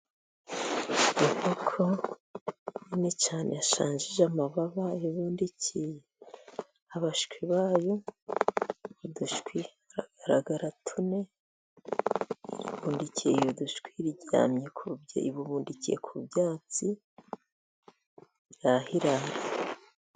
Inkoko nini cyane yashanjije amababa, ibundikiye imishwi bayo, udushwi hagaragara tune, ibundikiye udushwi, ibubundikiye ku byatsi biri aho iraye.